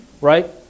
Right